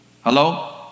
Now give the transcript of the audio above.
Hello